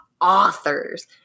authors